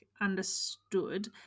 understood